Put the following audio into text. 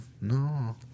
No